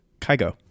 Kygo